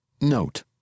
Note